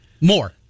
More